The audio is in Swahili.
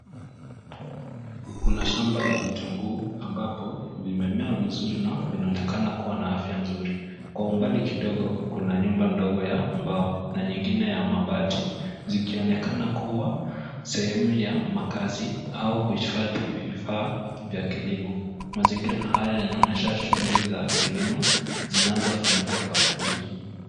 Kuna shamba la vitunguu ambapo vimemea vizuri na vinaonekana kuwa na afya nzuri. Kwa umbali kidogo, kuna nyumba ndogo ya mbao na nyingine ya mabati, zikionekana kuwa sehemu ya makazi au kuhifadhi vifaa vya kilimo. Mazingira haya yanaonyesha shughuli za kilimo zinazofanyika kwa juhudi.